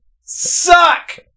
SUCK